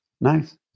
Nice